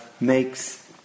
...makes